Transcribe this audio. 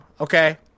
Okay